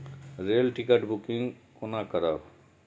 Rail ticket booking कोना करब?